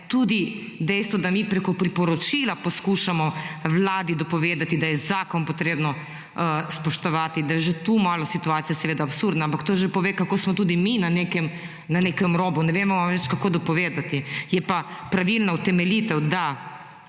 da mi preko priporočila poskušamo Vladi dopovedati, da je zakon potrebno spoštovati, da je že tukaj malo situacija absurdna, ampak to že pove kako smo tudi mi na nekem robu, ne vemo več kako dopovedati, je pa pravilna utemeljitev, da